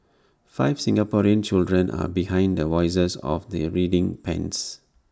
five Singaporean children are behind the voices of the reading pens